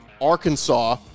Arkansas